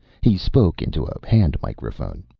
he spoke into a hand microphone.